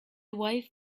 wife